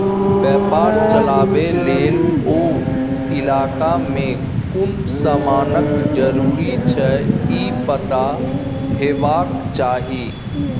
बेपार चलाबे लेल ओ इलाका में कुन समानक जरूरी छै ई पता हेबाक चाही